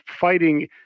fighting